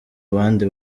abandi